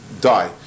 die